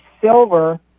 silver